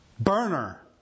Burner